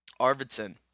Arvidsson